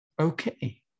Okay